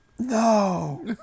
No